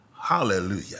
hallelujah